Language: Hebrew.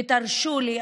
ותרשו לי,